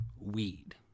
weed